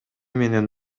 менен